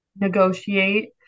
negotiate